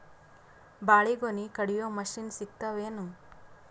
ಬಾಳಿಗೊನಿ ಕಡಿಯು ಮಷಿನ್ ಸಿಗತವೇನು?